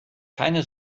keine